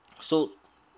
so